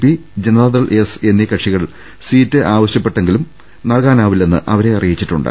P Janata Dal S എന്നീ കക്ഷികൾ seat ആവശ്യപ്പെട്ടെങ്കിലും നൽകാനാവി ല്ലെന്ന് അവരെ അറിയിച്ചിട്ടുണ്ട്